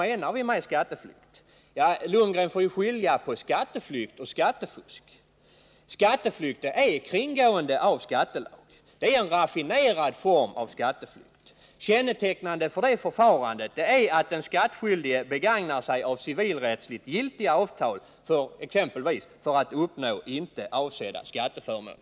Bo Lundgren får skilja på skatteflykt och skattefusk. Skatteflykt är ett kringgående av skattelagarna och innebär en raffinerad form av skattefusk. Kännetecknande för detta förfarande är att den skatteskyldige begagnar sig av civilrättsligt giltiga avtal för att uppnå icke avsedda skatteförmåner.